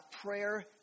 prayer